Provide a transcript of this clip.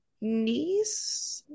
niece